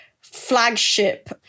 flagship